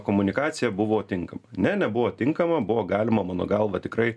komunikacija buvo tinkama ne nebuvo tinkama buvo galima mano galva tikrai